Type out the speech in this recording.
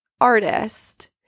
artist